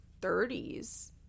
30s